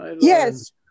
Yes